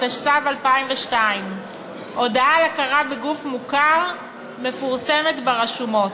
התשס”ב 2002. הודעה על הכרה בגוף מוכר מפורסמת ברשומות.